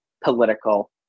political